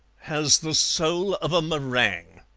has the soul of a meringue.